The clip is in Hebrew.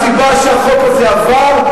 הסיבה שהחוק הזה עבר,